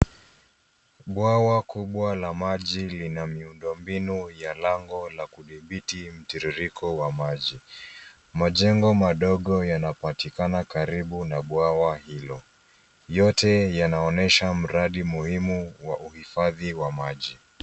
Bwawa kubwa la maji lina miundombinu ya lango la kudhibiti mtiririko wa maji. Majengo madogo yanapatikana karibu na bwawa hilo. Yote yanaonyesha mradi muhimu wa uhifadhi wa maji.